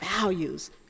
values